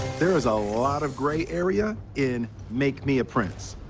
there is a lot of gray area in make me a prince.